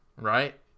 right